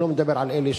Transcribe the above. אני לא מדבר על אלה